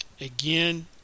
again